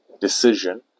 decision